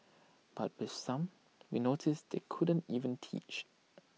but with some we noticed they couldn't even teach